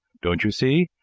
don't you see?